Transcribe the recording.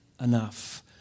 enough